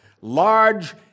large